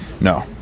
No